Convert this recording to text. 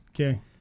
okay